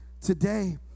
today